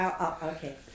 Okay